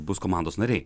bus komandos nariai